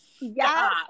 yes